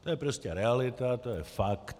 To je prostě realita, to je fakt.